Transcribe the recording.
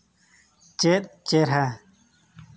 ᱪᱮᱫ ᱪᱮᱨᱦᱟ